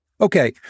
Okay